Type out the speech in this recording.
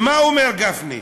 ומה אומר גפני?